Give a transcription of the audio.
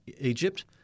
Egypt